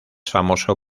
famoso